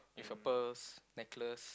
with a purse necklace